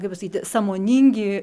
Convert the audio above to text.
kaip pasakyti sąmoningi